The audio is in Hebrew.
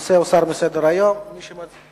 הנושא הוסר מסדר-היום, ומי שמצביע,